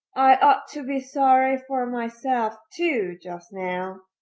i ought to be sorry for myself, too, just now.